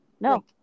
no